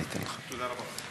אנא הקפידו על מסגרת הזמן.